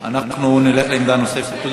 בסדר.